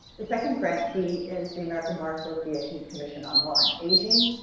the second grantee is the american bar association commission on law and aging.